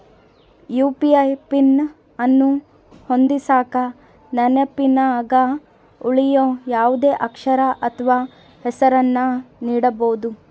UPI PIN ಅನ್ನು ಹೊಂದಿಸಕ ನೆನಪಿನಗ ಉಳಿಯೋ ಯಾವುದೇ ಅಕ್ಷರ ಅಥ್ವ ಹೆಸರನ್ನ ನೀಡಬೋದು